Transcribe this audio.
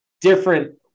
different